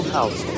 House